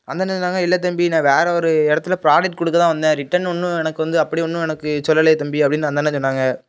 அந்த அண்ணன் சொன்னாங்க இல்லை தம்பி நான் வேறு ஒரு இடத்துல ப்ராடக்ட் கொடுக்கதான் வந்தேன் ரிட்டர்ன் ஒன்றும் எனக்கு வந்து அப்படி ஒன்றும் எனக்கு சொல்லலையே தம்பி அப்டின்னு அந்த அண்ணன் சொன்னாங்க